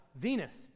Venus